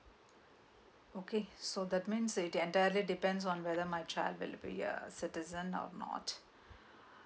okay so that means it entirely depends on whether my child will be a citizen or not